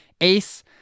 Ace